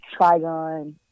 Trigon